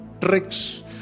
tricks